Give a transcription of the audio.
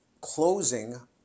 closing